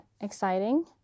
exciting